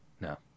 No